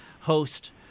host